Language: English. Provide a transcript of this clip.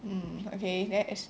mm okay that is